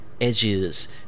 edges